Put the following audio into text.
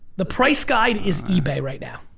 the price guide is ebay right now.